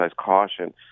caution